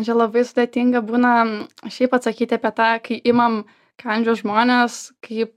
čia labai sudėtinga būna šiaip atsakyti apie tą kai imam kandžiot žmones kaip